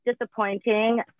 disappointing